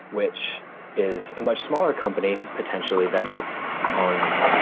which is a much smaller company, potentially, that is owned,